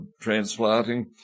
transplanting